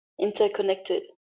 interconnected